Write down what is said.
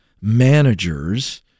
managers